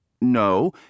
No